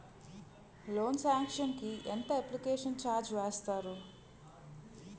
Loan sanction కి ఎంత application charge వేస్తారు?